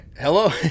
Hello